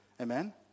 Amen